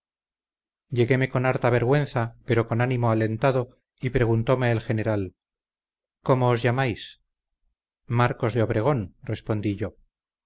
lleguéme con arta vergüenza pero con animo alentado y preguntóme el general cómo os llamáis marcos de obregón respondí yo